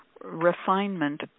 refinement